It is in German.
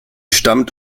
stammt